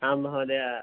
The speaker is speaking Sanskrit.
आं महोदय